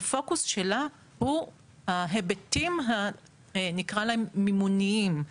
הפוקוס שלה הוא ההיבטים נקרא להם מימוניים.